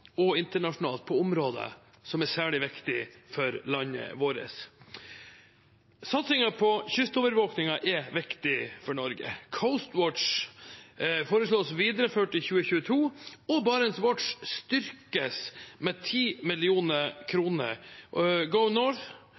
og internasjonalt på områder som er særlig viktig for landet vårt. Satsingen på kystovervåkningen er viktig for Norge. Coastwatch foreslås videreført i 2022, og BarentsWatch styrkes med 10 mill. kr. GoNorth, som styrkes med like mange millioner,